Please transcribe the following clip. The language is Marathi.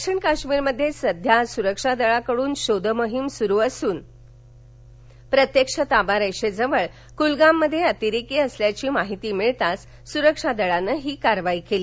दक्षिण काश्मीरमध्ये सध्या सुरक्षा दलाकडून शोधमोहिम सुरु असून प्रत्यक्ष ताबारेषेजवळील कुलगाममध्ये अतिरेकी असल्याची माहिती मिळताच सुरक्षा दलाने कारवाई केली